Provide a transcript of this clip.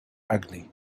ugly